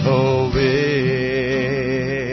away